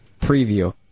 preview